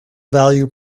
value